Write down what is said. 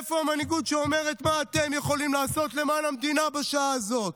איפה המנהיגות שאומרת: מה אתם יכולים לעשות למען המדינה בשעה הזאת?